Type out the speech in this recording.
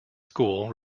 school